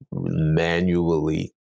manually